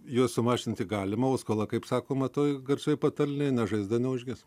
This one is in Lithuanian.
juos sumažinti galima o skola kaip sakoma toj garsioj patarlėj ne žaizda neužgis